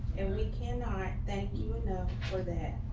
and we cannot thank you enough for that.